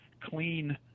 clean